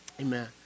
Amen